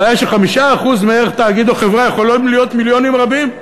הבעיה היא ש-5% מערך תאגיד או חברה יכולים להיות מיליונים רבים,